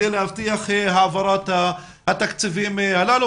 כדי להבטיח העברת התקציבים הללו.